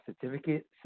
certificate